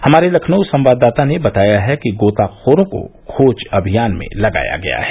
हमारे लखनऊ संवाददाता ने बताया है कि गोताखोरों को खोज अभियान में लगाया गया है